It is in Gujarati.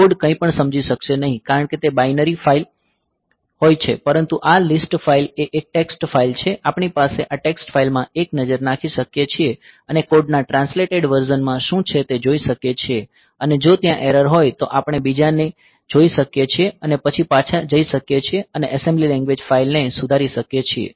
કોડ કંઈપણ સમજી શકશે નહીં કારણ કે તે બાઈનરી ફાઇલ છે પરંતુ આ લીસ્ટ ફાઇલ એક ટેક્સ્ટ ફાઇલ છે આપણે આ ટેક્સ્ટ ફાઇલમાં એક નજર નાખી શકીએ છીએ અને કોડના ટ્રાન્સલેટેડ વર્ઝન માં શું છે તે જોઈ શકીએ છીએ અને જો ત્યાં એરર હોય તો આપણે બીજાને જોઈ શકીએ છીએ અને પછી પાછા જઈ શકીએ છીએ અને એસેમ્બલી લેંગ્વેજ ફાઇલ ને સુધારી શકીએ છીએ